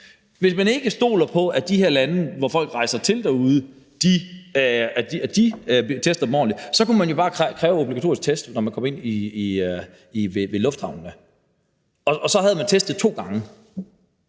Hvis man ikke stoler på, at de her lande, som folk rejser til, tester dem ordentligt, så kunne man jo bare kræve obligatorisk test, når de kommer ind i lufthavnene, og så havde man testet to gange.